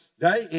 right